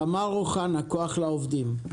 תמר אוחנה, כוח לעובדים.